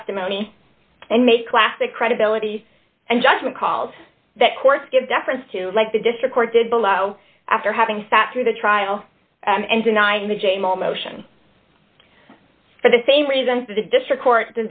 testimony and make class the credibility and judgment calls that course give deference to like the district court did below after having sat through the trial and denying the j motion for the same reason for the district court